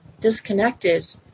disconnected